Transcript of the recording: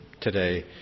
today